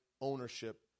ownership